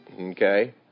okay